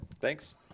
thanks